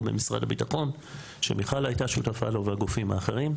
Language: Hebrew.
במשרד הביטחון שמיכל הייתה שותפה לו והגופים האחרים,